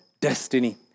destiny